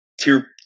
tier